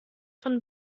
von